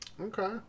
Okay